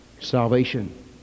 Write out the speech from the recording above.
salvation